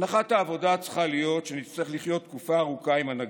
הנחת העבודה צריכה להיות שנצטרך לחיות תקופה ארוכה עם הנגיף,